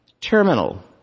terminal